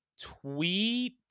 tweet